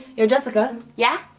yo, jessica? yeah.